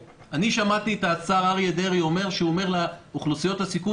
שמעתי את השר אריה דרעי אומר לאוכלוסיות הסיכון